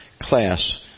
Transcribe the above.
class